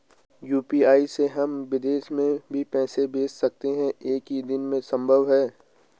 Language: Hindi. यु.पी.आई से हम विदेश में भी पैसे भेज सकते हैं एक ही दिन में संभव है?